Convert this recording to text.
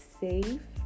safe